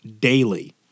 daily